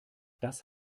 das